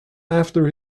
after